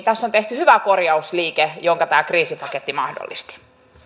tässä on tehty hyvä korjausliike jonka tämä kriisipaketti mahdollisti